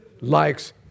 likes